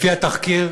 לפי התחקיר,